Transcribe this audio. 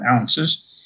ounces